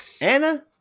Anna